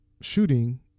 shooting